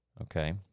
okay